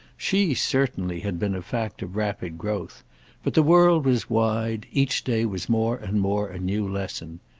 she certainly had been a fact of rapid growth but the world was wide, each day was more and more a new lesson.